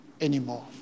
anymore